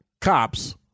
cops